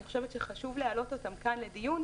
חושבת שחשוב להעלות אותן כאן לדיון,